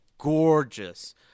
gorgeous